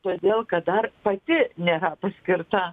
todėl kad dar pati nėra paskirta